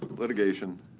litigation,